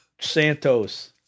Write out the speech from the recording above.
Santos